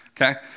okay